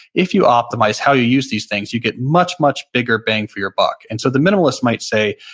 if you optimize how you use these things, you get much, much bigger bang for your buck. and so the minimalist might say,